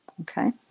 okay